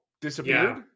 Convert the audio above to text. disappeared